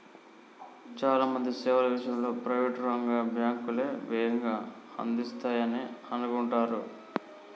చాలా మంది సేవల విషయంలో ప్రైవేట్ రంగ బ్యాంకులే వేగంగా అందిస్తాయనే అనుకుంటరు